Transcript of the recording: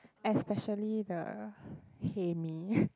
especially the hae mee